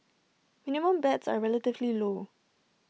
minimum bets are relatively low